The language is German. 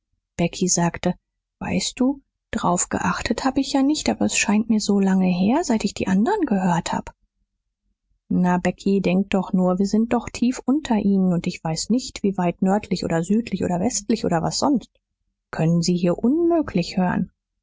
becky sagte weißt du drauf geachtet hab ich ja nicht aber es scheint mir so lange her seit ich die andern gehört hab na becky denk doch nur wir sind doch tief unter ihnen und ich weiß nicht wie weit nördlich oder südlich oder westlich oder was sonst können sie hier unmöglich hören